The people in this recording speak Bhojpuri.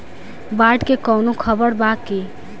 बाढ़ के कवनों खबर बा की?